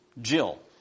Jill